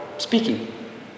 Speaking